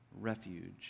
refuge